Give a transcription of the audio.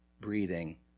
breathing